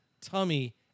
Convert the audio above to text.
tummy